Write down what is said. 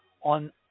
on